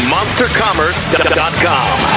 MonsterCommerce.com